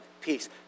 peace